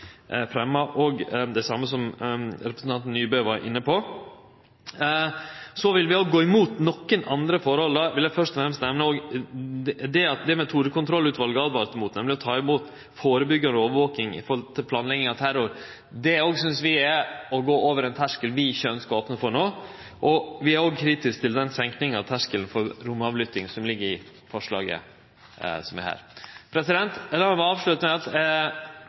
fremja – det same som representanten Nybø var inne på. Vi vil gå imot nokre andre forslag. Eg vil først og fremst nemne det Metodekontrollutvalet åtvara imot, nemleg å ta i bruk førebyggjande overvaking når det gjeld planlegging av terror. Det synest vi òg er å gå over ein terskel vi ikkje ønskjer å opne for å gå over no. Vi er òg kritiske til senkinga av terskelen for romavlytting som ligg i forslaget her. La meg avslutte med at det trass alt er gledeleg at